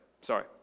sorry